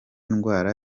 ndwara